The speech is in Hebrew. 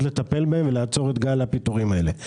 לטפל בהן ולעצור את גל הפיטורים הזה.